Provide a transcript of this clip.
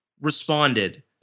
responded